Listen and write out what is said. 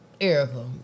Erica